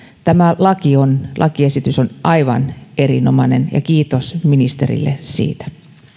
tämä lakiesitys on aivan erinomainen kiitos ministerille siitä